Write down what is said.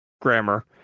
grammar